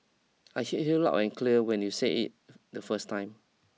I hear heard loud and clear when you said it the first time